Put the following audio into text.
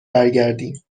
برگردیم